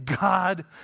God